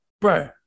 Bro